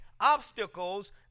obstacles